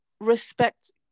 respect